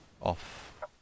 off